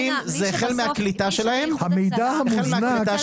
מפעילים זה החל מהקליטה שלהם -- המידע המוזנק